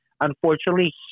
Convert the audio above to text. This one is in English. unfortunately